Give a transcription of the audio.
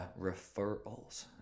referrals